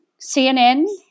CNN